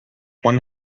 one